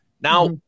Now